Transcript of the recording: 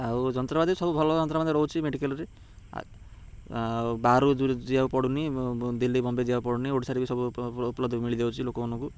ଆଉ ଯନ୍ତ୍ରପାତି ସବୁ ଭଲ ଯନ୍ତ୍ରପାତି ରହୁଛି ମେଡିକାଲରେ ଆଉ ବାହାରକୁ ଯିବାକୁ ପଡ଼ୁନି ଦିଲ୍ଲୀ ବମ୍ବେ ଯିବାକୁ ପଡ଼ୁନି ଓଡ଼ିଶାରେ ବି ସବୁ ଉପଲବ୍ଧ ମିଳିଯାଉଛି ଲୋକମାନଙ୍କୁ